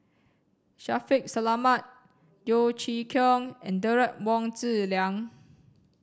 Shaffiq Selamat Yeo Chee Kiong and Derek Wong Zi Liang